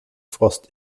frost